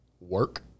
work